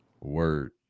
Word